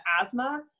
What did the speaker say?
asthma